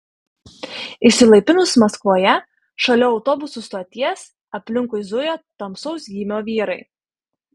išsilaipinus maskvoje šalia autobusų stoties aplinkui zujo tamsaus gymio vyrai